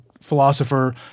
philosopher